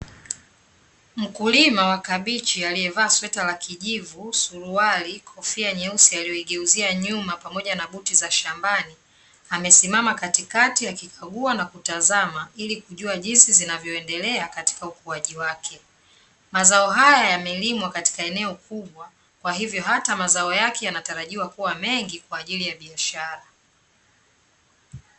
Mkulima wa kabichi aliyevaa sweta la kijivu, suruali, kofia nyeusi aliyoigeuzia nyuma pamoja na buti za shambani amesimama katikati akikagua na kutazama ili kujua jinsi zinavyoendelea katika ukuaji wake, mazao haya yamelimwa katika eneo kubwa kwa hivyo hata mazao yake yanatarajiwa kuwa mengi kwa ajili ya biashara.